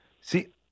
See